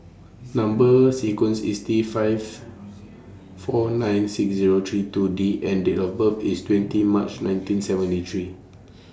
Number sequence IS T five four nine six Zero three two D and Date of birth IS twenty March nineteen seventy three